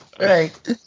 Right